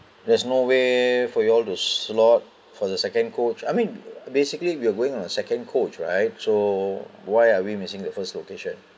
there's no way for you all to slot for the second coach I mean basically we're going on a second coach right so why are we missing the first location